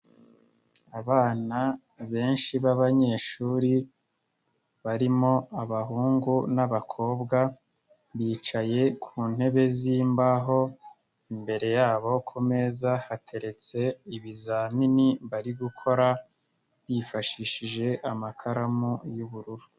Abana benshi b'abanyeshuri barimo abahungu n'abakobwa bicaye ku ntebe z'imbaho, imbere yabo ku meza hateretse ibizamini bari gukora bifashishije amakaramu y'ubururu.